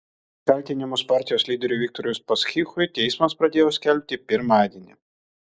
kaltinimus partijos lyderiui viktorui uspaskichui teismas pradėjo skelbti pirmadienį